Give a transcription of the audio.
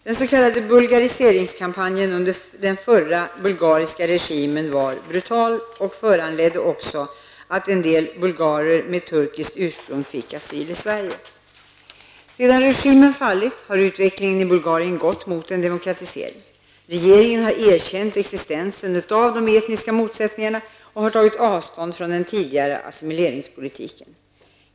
Den s.k. bulgariseringskampanjen under den förra bulgariska regimen var brutal och föranledde också att en del bulgarer med turkiskt ursprung fick asyl i Sverige. Sedan regimen fallit, har utvecklingen i Bulgarien gått mot en demokratisering. Regeringen har erkänt existensen av de etniska motsättningarna och har tagit avstånd från den tidigare assimileringspolitiken.